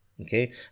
okay